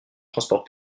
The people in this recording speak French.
transports